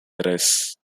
tres